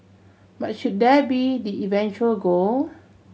but should that be the eventual goal